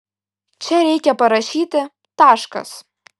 čia reikia parašyti taškas